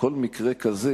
שכל מקרה כזה,